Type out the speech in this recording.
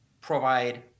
provide